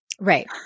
Right